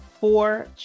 four